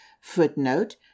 Footnote